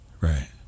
Right